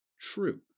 True